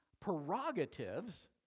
Prerogatives